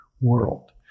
world